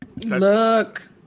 look